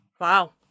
Wow